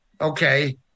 okay